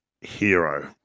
hero